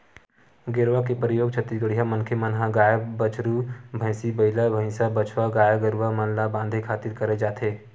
गेरवा के परियोग छत्तीसगढ़िया मनखे मन ह गाय, बछरू, भंइसी, बइला, भइसा, बछवा गाय गरुवा मन ल बांधे खातिर करे जाथे